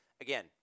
again